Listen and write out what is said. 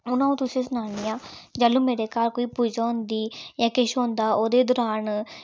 हून अ'ऊं तुसेंगी सनानियां जेल्लै मेरे घर कोई पूजा होंदी जां किश होंदा ओह्दे दरान